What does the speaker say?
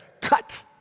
cut